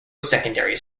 secondary